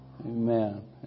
amen